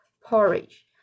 porridge